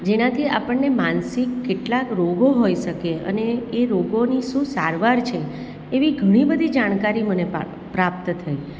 જેનાથી આપણને માનસિક કેટલાક રોગો હોઇ શકે અને એ રોગોની શું સારવાર છે એવી ઘણી બધી જાણકારી મને પ્રાપ્ત થઈ